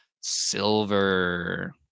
Silver